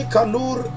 Kalur